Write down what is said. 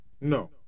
no